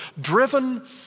driven